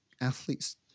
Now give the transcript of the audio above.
athletes